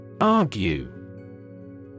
Argue